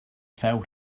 fell